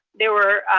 there were